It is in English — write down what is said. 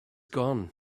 gone